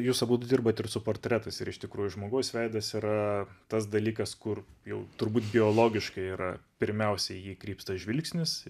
jūs abudu dirbate ir su portretais ir iš tikrųjų žmogaus veidas yra tas dalykas kur jau turbūt biologiškai yra pirmiausia į jį krypsta žvilgsnis